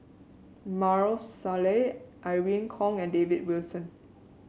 Maarof Salleh Irene Khong and David Wilson